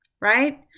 right